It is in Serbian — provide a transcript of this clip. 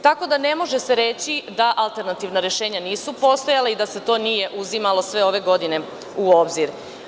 Tako da se ne može reći da alternativna rešenja nisu postojala i da se to nije uzimalo sve ove godine u obzir.